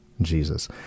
Jesus